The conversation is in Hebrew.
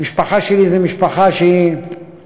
שהמשפחה שלי היא משפחה שלא